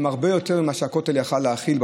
הוא הרבה יותר ממה שהכותל יכול היה להכיל,